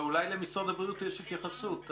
אבל אולי למשרד הבריאות יש התייחסות.